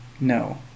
no